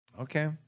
Okay